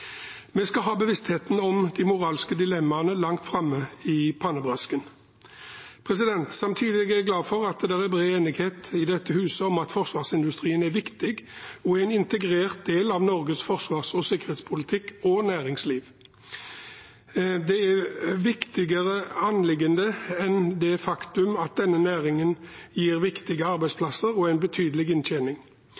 Vi skal ha bevisstheten om de moralske dilemmaene langt framme i pannebrasken. Samtidig er jeg glad for at det er bred enighet i dette huset om at forsvarsindustrien er viktig og en integrert del av Norges forsvars- og sikkerhetspolitikk og næringsliv. Det er et viktigere anliggende enn det faktum at denne næringen gir viktige